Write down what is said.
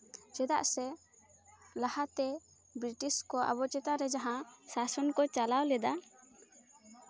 ᱪᱮᱫᱟᱜ ᱥᱮ ᱞᱟᱦᱟᱛᱮ ᱵᱨᱤᱴᱤᱥ ᱠᱚ ᱟᱵᱚ ᱪᱮᱛᱟᱱ ᱨᱮ ᱡᱟᱦᱟᱸ ᱥᱟᱥᱚᱱ ᱠᱚ ᱪᱟᱞᱟᱣ ᱞᱮᱫᱟ